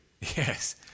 Yes